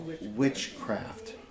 witchcraft